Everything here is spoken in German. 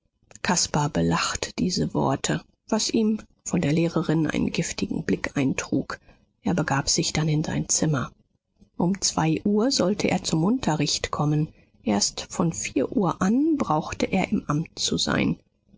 caspar belachte diese worte was ihm von der lehrerin einen giftigen blick eintrug er begab sich dann in sein zimmer um zwei uhr sollte er zum unterricht kommen erst von vier uhr an brauchte er im amt zu sein